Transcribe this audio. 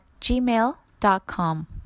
gmail.com